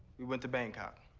we went to bangkok.